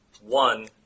one